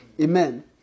Amen